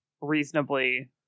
reasonably